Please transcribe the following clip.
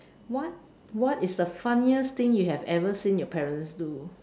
what what is the funniest thing you have ever seen your parents do